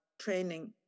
training